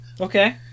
okay